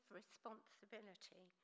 responsibility